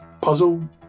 puzzle